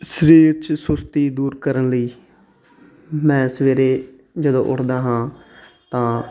ਸਰੀਰ 'ਚ ਸੁਸਤੀ ਦੂਰ ਕਰਨ ਲਈ ਮੈਂ ਸਵੇਰੇ ਜਦੋਂ ਉੱਠਦਾ ਹਾਂ ਤਾਂ